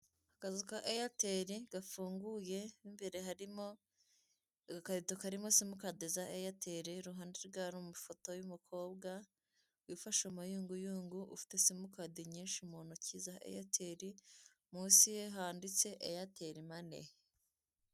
Akazu ka eyateli gafunguye, imbere harimo agakarito agakarito karimo simukadi za eyateli, iruhande rwe hari amafoto y'umukobwa wifashe mu mayunguyungu ufite simukadi nyinshi mu ntoki za eyateli, munsi ye handitse eyateli mani.